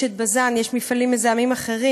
יש בז"ן, יש מפעלים מזהמים אחרים.